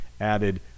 added